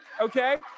okay